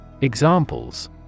Examples